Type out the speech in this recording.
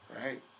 right